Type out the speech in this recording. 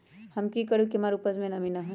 हम की करू की हमार उपज में नमी होए?